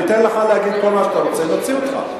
אני אתן לך להגיד כל מה שאתה רוצה, נוציא אותך.